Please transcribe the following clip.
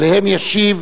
ישיב